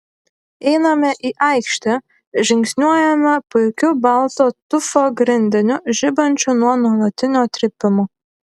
einame į aikštę žingsniuojame puikiu balto tufo grindiniu žibančiu nuo nuolatinio trypimo